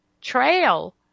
trail